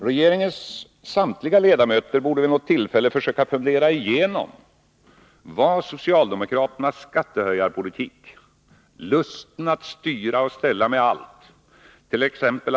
Regeringens samtliga ledamöter borde vid något tillfälle försöka fundera igenom vad socialdemokraternas skattehöjarpolitik, lusten att styra och ställa med allt —t.ex.